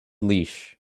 leash